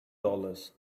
dollars